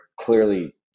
clearly